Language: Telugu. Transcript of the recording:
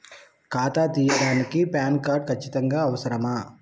ఖాతా తీయడానికి ప్యాన్ కార్డు ఖచ్చితంగా అవసరమా?